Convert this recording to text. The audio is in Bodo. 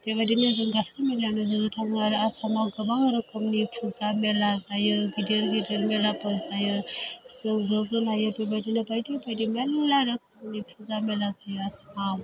बेबायदिनो जों गासैबो मेलायावनो जोङो थाङो आरो आसामाव गोबां रोखोमनि पुजा मेला जायो गिदिर गिदिर मेलाफोर जायो जों ज' ज' नायो बेबायदिनो बायदि बायदि मेल्ला रोखोमनि पुजा मेला जायो आसामाव